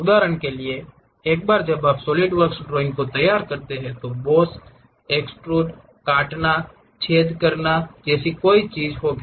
उदाहरण के लिए एक बार जब आप इस सॉलिडवर्क्स ड्राइंग को तैयार करते हैं तो बॉस एक्ष्तृद काटना छेद करना जैसी कोई चीज़ होगी